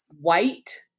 white